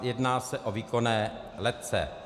Jedná se o výkonné letce.